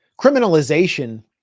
criminalization